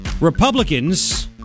Republicans